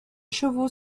chevaux